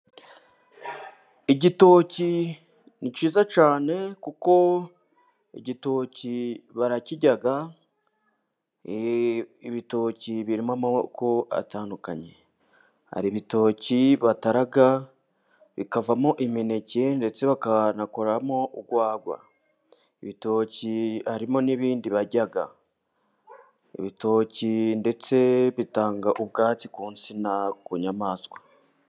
Igitoki ni cyiza cyane, kuko igitoki barakirya, ibitoki birimo amoko atandukanye: hari ibitoki batara bikavamo imineke ,ndetse bagakoramo urwagwa. Ibitoki harimo n'ibindi barya, ibitoki ndetse bitanga ubwatsi ku nsina ku nyamaswa.